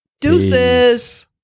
deuces